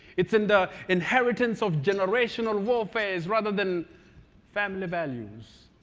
it's in the inheritance of generational warfares rather than family values.